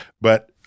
but-